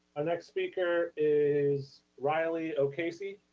next speaker is riley o'casey.